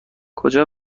کجا